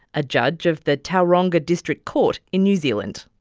a judge of the tauranga district court in new zealand.